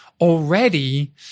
Already